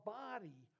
body